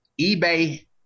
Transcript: eBay